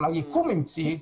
אבל היקום המציא,